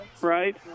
right